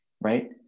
right